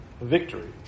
victory